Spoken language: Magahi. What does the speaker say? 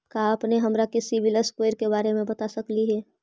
का अपने हमरा के सिबिल स्कोर के बारे मे बता सकली हे?